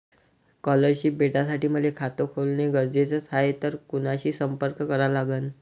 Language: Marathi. स्कॉलरशिप भेटासाठी मले खात खोलने गरजेचे हाय तर कुणाशी संपर्क करा लागन?